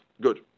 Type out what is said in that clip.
Good